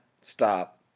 stop